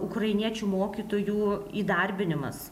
ukrainiečių mokytojų įdarbinimas